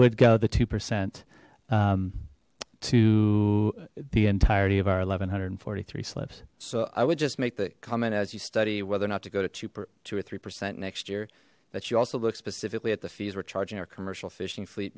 would go the two percent to the entirety of our eleven hundred and forty three slips so i would just make the comment as you study whether or not to go to two or three percent next year that you also look specifically at the fees we're charging our commercial fishing fleet